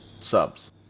subs